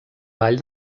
vall